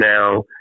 now